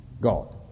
God